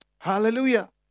Hallelujah